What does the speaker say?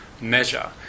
measure